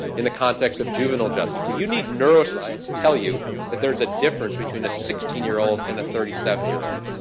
in the context of juvenile justice, do you need neuroscience to tell you that there is a difference between a sixteen year old and a thirty seven year old?